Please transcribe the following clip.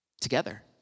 Together